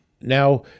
Now